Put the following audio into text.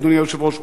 אדוני היושב-ראש,